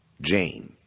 Jane